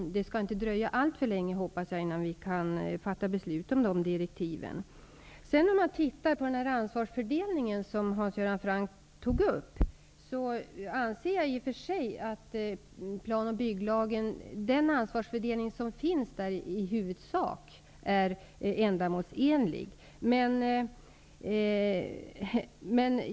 Det skall inte dröja alltför länge -- hoppas jag -- innan vi kan fatta beslut om direktiven. Hans Göran Franck tog också upp frågan om ansvarsfördelningen. Jag anser i och för sig att den ansvarsfördelning som finns i plan och bygglagen i huvudsak är ändamålsenlig.